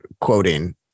quoting